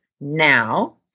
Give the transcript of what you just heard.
now